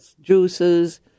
juices